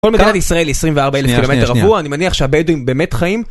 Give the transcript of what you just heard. כל מדינת ישראל 24,000 קילומטר רבוע, אני מניח שהבדואים באמת חיים?